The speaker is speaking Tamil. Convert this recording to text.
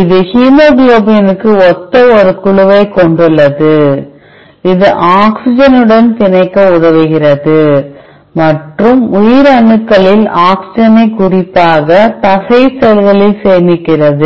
இது ஹீமோகுளோபினுக்கு ஒத்த ஒரு குழுவைக் கொண்டுள்ளது இது ஆக்ஸிஜனுடன் பிணைக்க உதவுகிறது மற்றும் உயிரணுக்களில் ஆக்ஸிஜனை குறிப்பாக தசை செல்களில் சேமிக்கிறது